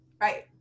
Right